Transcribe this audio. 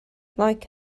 like